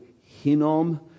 Hinnom